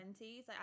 20s